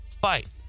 fight